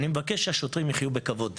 אני מבקש שהשוטרים יחיו בכבוד.